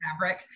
fabric